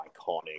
iconic